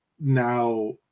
Now